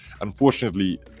unfortunately